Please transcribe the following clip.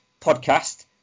podcast